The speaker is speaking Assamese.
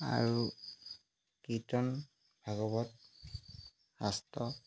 আৰু কীৰ্তন ভাগৱত শাস্ত্ৰ